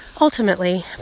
ultimately